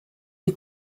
die